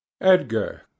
Edgar